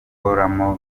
gukuramo